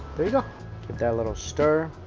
there you go, give that a little stir,